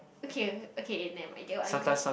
okay okay never mind get what I mean